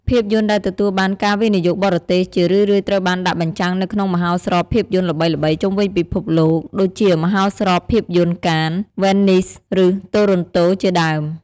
ភាពយន្តដែលទទួលបានការវិនិយោគបរទេស ជារឿយៗត្រូវបានដាក់បញ្ចាំងនៅក្នុងមហោស្រពភាពយន្តល្បីៗជុំវិញពិភពលោក ដូចជាមហោស្រពភាពយន្ត កាន (Cannes), វ៉េននីស (Venice), ឬ តូរ៉នតូ (Toronto) ជាដើម។